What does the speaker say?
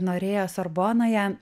norėjo sorbonoje